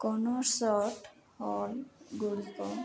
concert ହଲ୍ଗୁଡ଼ିକ